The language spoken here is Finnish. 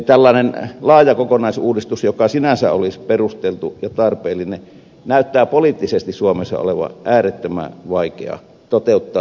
tällainen laaja kokonaisuudistus joka sinänsä olisi perusteltu ja tarpeellinen näyttää poliittisesti suomessa olevan äärettömän vaikea toteuttaa